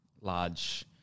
large